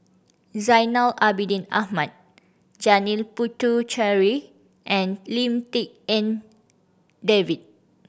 Zainal Abidin Ahmad Janil Puthucheary and Lim Tik En David